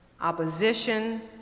opposition